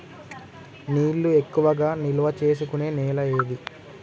నీళ్లు ఎక్కువగా నిల్వ చేసుకునే నేల ఏది?